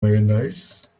mayonnaise